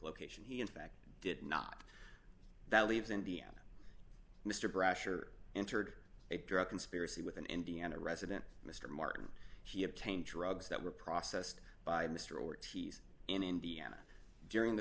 location he in fact did not that leaves indiana mr brush or entered a drug conspiracy with an indiana resident mr martin he obtained drugs that were processed by mr ortiz in indiana during the